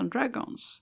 Dragons